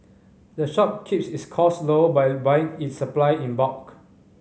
the shop keeps its cost low by buying its supply in bulk